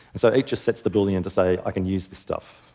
so it just sets the boolean to say i can use this stuff.